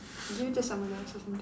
give it to someone else